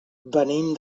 venim